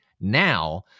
now